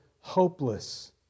hopeless